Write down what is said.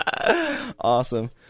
awesome